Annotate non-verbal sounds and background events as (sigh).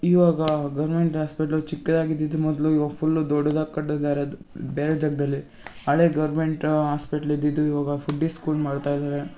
ಇವಾಗ government hospital ಚಿಕ್ಕದಾಗಿ ಇದಿದ್ದು ಮೊದಲು ಇವಾಗ ಫುಲ್ಲು ದೊಡ್ದಾಗಿ ಕಟ್ಟಿದ್ದಾರೆ ಬೇರೆ ಜಗದಲ್ಲಿ ಹಳೇ ಗೌರ್ಮೆಂಟ್ ಹಾಸ್ಪಿಟ್ಲ್ ಇದಿದ್ದು ಇವಾಗ (unintelligible) ಸ್ಕೂಲ್ ಮಾಡ್ತಾ ಇದ್ದಾರೆ